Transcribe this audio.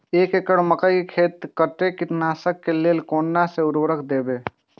एक एकड़ मकई खेत में कते कीटनाशक के लेल कोन से उर्वरक देव?